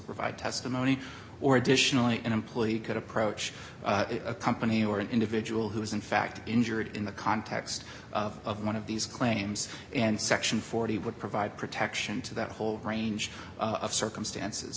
provide testimony or additionally an employee could approach a company or an individual who is in fact injured in the context of one of these claims and section forty would provide protection to that whole range of circumstances